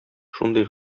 шундый